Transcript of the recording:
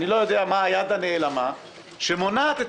אני לא יודע מה היד הנעלמה שמונעת את